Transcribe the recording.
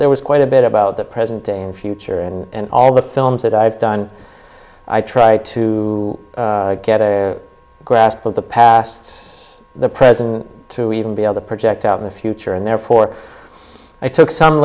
there was quite a bit about the present and future and all the films that i've done i try to get a grasp of the pasts the present to even be able to project out in the future and therefore i took some